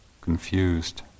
confused